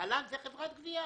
להלן זה חברת גבייה.